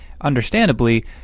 understandably